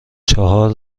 چهار